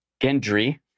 Gendry